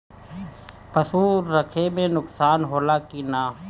पशु रखे मे नुकसान होला कि न?